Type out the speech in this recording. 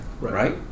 right